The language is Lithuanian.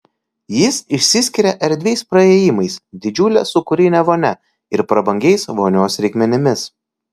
jis išsiskiria erdviais praėjimais didžiule sūkurine vonia ir prabangiais vonios reikmenimis